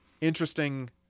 interesting